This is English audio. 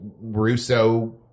Russo-